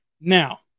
Now